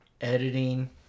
editing